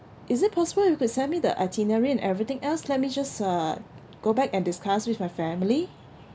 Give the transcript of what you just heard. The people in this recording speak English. is it possible you could send me the itinerary and everything else let me just uh go back and discuss with my family